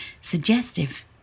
suggestive